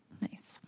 Nice